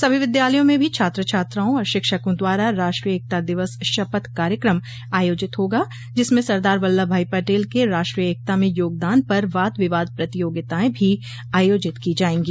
सभी विद्यालयों में भी छात्र छात्राओं और शिक्षकों द्वारा राष्ट्रीय एकता दिवस शपथ कार्यक्रम आयोजित होगा जिसमें सरदार वल्लभ भाई पटेल के राष्ट्रीय एकता में योगदान पर वाद विवाद प्रतियोगिताएं भी आयोजित की जायें गी